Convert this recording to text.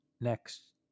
next